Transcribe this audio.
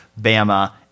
Bama